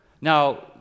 Now